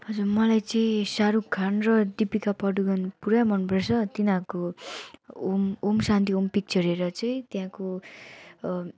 हजुर मलाई चाहिँ शाहरुख खान र दिपिका पादुकोण पुरा मन पर्छ तिनीहरूको ओम् ओम् शान्ति ओम् पिक्चर हेरेर चाहिँ त्यहाँको